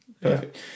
Perfect